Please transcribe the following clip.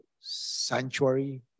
sanctuary